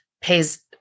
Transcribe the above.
pays